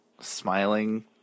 smiling